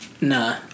nah